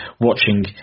watching